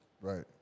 Right